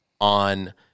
on